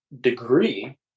degree